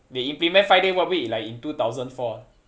they implement five day work week like in two thousand four